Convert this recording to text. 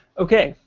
ok.